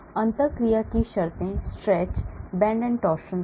अंतःक्रिया की शर्तें stretch bend and torsion हैं